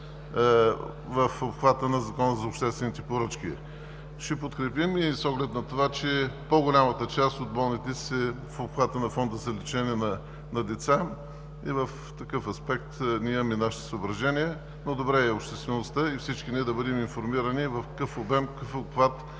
в обхвата на Закона за обществените поръчки. Ще подкрепим и с оглед на това, че по-голямата част от болните са в обхвата на Фонда за лечение на деца. И в такъв аспект ние имаме нашите съображения, но добре е обществеността и всички ние да бъдем информирани в какъв обем, в какъв обхват